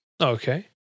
Okay